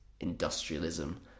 industrialism